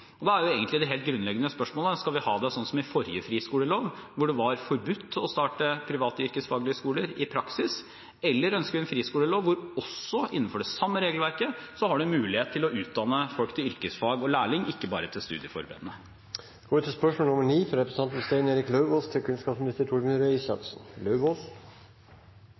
Da er det helt grunnleggende spørsmålet: Skal vi ha det slik som det var med den forrige friskoleloven, hvor det i praksis var forbudt å starte private yrkesfaglige skoler, eller ønsker vi en friskolelov hvor det – innenfor det samme regelverket – også er en mulighet til å utdanne folk innenfor yrkesfag og til å bli lærling, ikke bare innenfor studieforberedende? Jeg vil stille følgende spørsmål